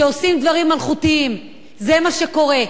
כשעושים דברים מלאכותיים, זה מה שקורה.